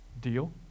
Deal